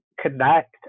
connect